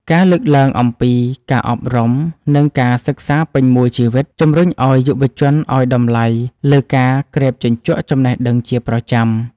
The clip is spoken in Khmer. ការលើកឡើងអំពី ការអប់រំ និងការសិក្សាពេញមួយជីវិត ជម្រុញឱ្យយុវជនឱ្យតម្លៃលើការក្រេបជញ្ជក់ចំណេះដឹងជាប្រចាំ។